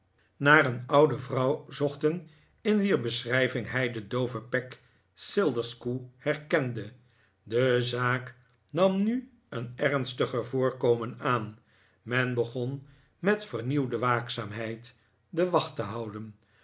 naar een oude vrouw zochten in wier beschrijving hij de dobve peg sliderskew herkende de zaak nam nu een ernstiger voorkomen aan men begon met vernieuwde waakzaamheid de wacht te houden